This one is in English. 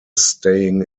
staying